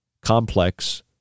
complex